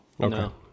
Okay